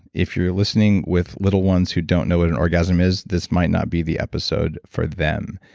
if you're listening with little ones who don't know what an orgasm is, this might not be the episode for them.